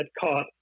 caught